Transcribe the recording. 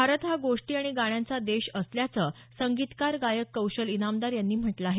भारत हा गोष्टी आणि गाण्यांचा देश असल्याचं संगीतकार गायक कौशल इनामदार यांनी म्हटलं आहे